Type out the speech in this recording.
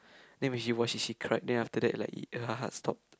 then when she watch she she cried then after that like her heart stop